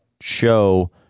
show